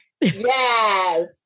Yes